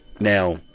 Now